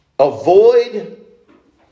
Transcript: Avoid